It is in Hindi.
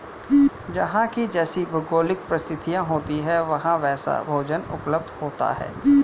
जहां की जैसी भौगोलिक परिस्थिति होती है वहां वैसा भोजन उपलब्ध होता है